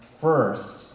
first